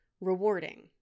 rewarding